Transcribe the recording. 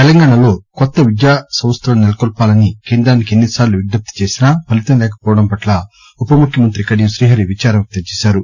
తెలంగాణలో కొత్త విద్యా సంస్దలను నెలకొల్పాలని కేంద్రానికి ఎన్నిసార్లు విజ్జప్తి చేసినా ఫలితం లేకపోవడం పట్ల ఉపముఖ్యమంతి కడియం శీహరి విచారం వ్యక్తం చేశారు